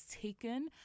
taken